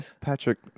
Patrick